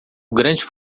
grande